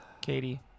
Katie